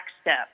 step